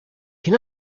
can